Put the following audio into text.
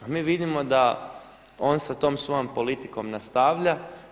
A mi vidimo da on sa tom svojom politikom nastavlja.